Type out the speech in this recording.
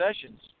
Sessions